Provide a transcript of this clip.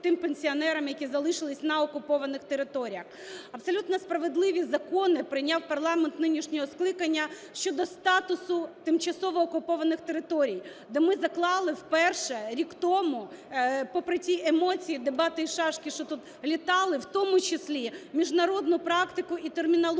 Абсолютно справедливі закони прийняв парламент нинішнього скликання щодо статусу тимчасово окупованих територій, де ми заклали вперше рік тому, попри ті емоції, дебати і шашки, що тут літали, в тому числі міжнародну практику і термінологію,